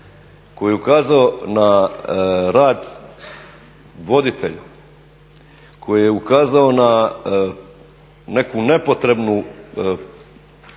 koji je ukazao na rad voditelja, koji je ukazao na neku nepotrebnu